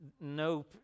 No